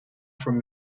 from